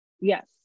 Yes